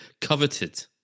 coveted